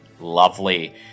Lovely